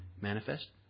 Manifest